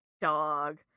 dog